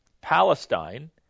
Palestine